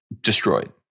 destroyed